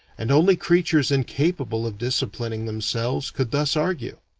and only creatures incapable of disciplining themselves could thus argue.